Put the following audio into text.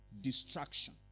distraction